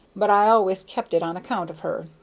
but i always kept it on account of her.